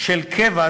של קבע,